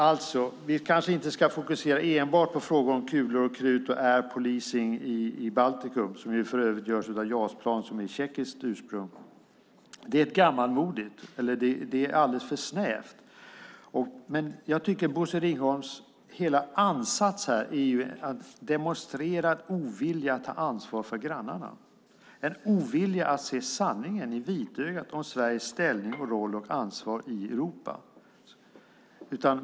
Vi ska kanske inte fokusera enbart på frågor om kulor och krut och air policing i Baltikum, som för övrigt utförs av JAS-plan med tjeckiskt ursprung. Det är gammalmodigt eller i alla fall alldeles för snävt. Bosse Ringholms hela ansats demonstrerar ovilja att ta ansvar för grannarna - en ovilja att se sanningen i vitögat beträffande Sveriges ställning, roll och ansvar i Europa.